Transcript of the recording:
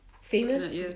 Famous